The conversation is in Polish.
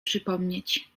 przypomnieć